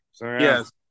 Yes